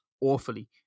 awfully